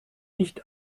nicht